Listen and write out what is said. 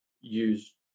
use